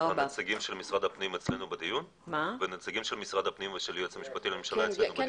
הנציגים של משרד הפנים ושל היועץ המשפטי לממשלה אצלנו בדיון?